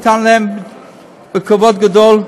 הוא נתן לו בכבוד גדול,